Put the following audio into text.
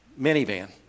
minivan